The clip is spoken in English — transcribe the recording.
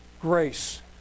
Grace